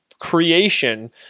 creation